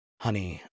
Honey